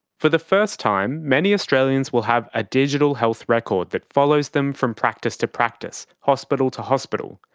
for the first time, many australians will have a digital health record that follows them from practice to practice, hospital to hospital.